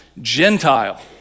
Gentile